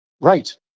Right